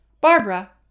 Barbara